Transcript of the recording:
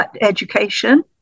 education